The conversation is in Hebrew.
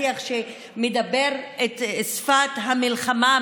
השיח שמדבר את שפת המלחמה,